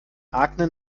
akne